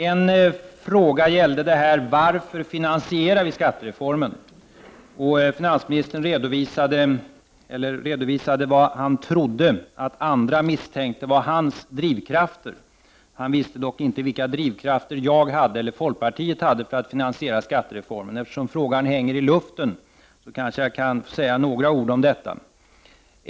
En fråga gällde varför vi finansierade skattereformen. Finansministern redovisade vad han trodde att andra misstänkte var hans drivkrafter. Han visste dock inte vilka drivkrafter jag eller folkpartiet hade för att finansiera skattereformen. Men eftersom frågan hänger i luften får jag kanske säga några ord om detta.